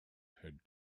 had